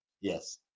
Yes